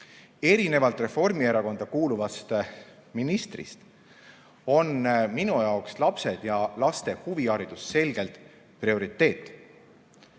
Erinevalt Reformierakonda kuuluvast ministrist on minu jaoks lapsed ja laste huviharidus selgelt prioriteet.